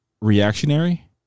reactionary